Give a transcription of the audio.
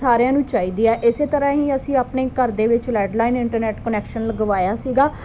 ਸਾਰਿਆਂ ਨੂੰ ਚਾਹੀਦੀ ਆ ਇਸ ਤਰ੍ਹਾਂ ਹੀ ਅਸੀਂ ਆਪਣੇ ਘਰ ਦੇ ਵਿੱਚ ਲੈਡਲਾਈਨ ਇੰਟਰਨੈਟ ਕਨੈਕਸ਼ਨ ਲਗਵਾਇਆ ਸੀਗਾ